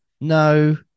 No